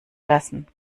lassen